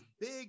big